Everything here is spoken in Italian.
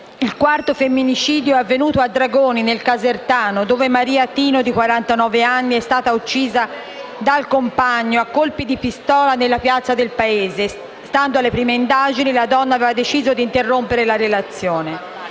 Il quarto femminicidio è avvenuto a Dragoni, nel casertano, dove Maria Tino, di quarantanove anni, è stata uccisa dal compagno a colpi di pistola nella piazza del paese; stando alle prime indagini, la donna aveva deciso di interrompere la relazione.